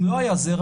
אם לא היה רע,